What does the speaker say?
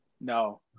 No